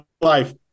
life